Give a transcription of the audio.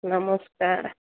ନମସ୍କାର